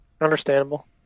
Understandable